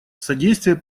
содействие